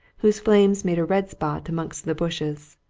whose flames made a red spot amongst the bushes.